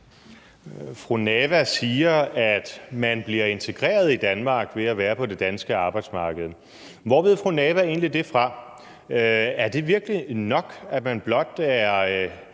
Nawa siger, at man bliver integreret i Danmark ved at være på det danske arbejdsmarked. Hvor ved fru Samira Nawa egentlig det fra? Er det, at man blot ikke